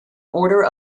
order